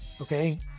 okay